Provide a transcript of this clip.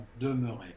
demeurer